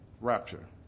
rapture